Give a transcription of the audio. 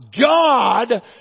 God